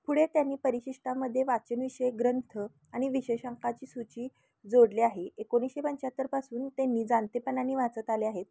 पुढे त्यांनी परिशिष्टामध्ये वाचनविषयक ग्रंथ आणि विशेषांकाची सूची जोडली आहे एकोणीसशे पंच्याहत्तरपासून त्यांनी जाणतेपणाने वाचत आले आहेत